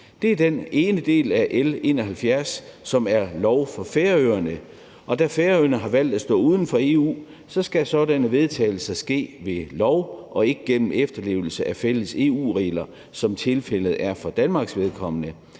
som er et ændringslovforslag til lov for Færøerne, og da Færøerne har valgt at stå uden for EU, skal sådanne vedtagelser ske ved lov og ikke gennem efterlevelse af fælles EU-regler, som tilfældet er for Danmarks vedkommende.